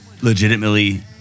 legitimately